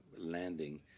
landing